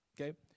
okay